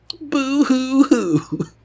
boo-hoo-hoo